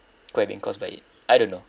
could have been caused by it I don't know